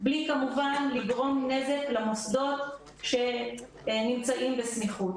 בלי כמובן לגרום נזק למוסדות שנמצאים בסמיכות.